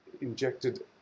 injected